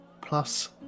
plus